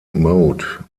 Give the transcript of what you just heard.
mode